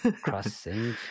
Crossing